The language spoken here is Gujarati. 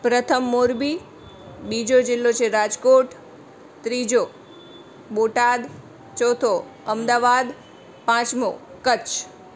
પ્રથમ મોરબી બીજો જિલ્લો છે રાજકોટ ત્રીજો બોટાદ ચોથો અમદાવાદ પાંચમો કચ્છ